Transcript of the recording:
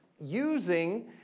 using